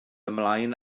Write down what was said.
ymlaen